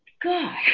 God